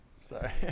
Sorry